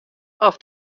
oft